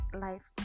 life